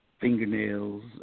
fingernails